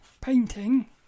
painting